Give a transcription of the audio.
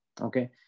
okay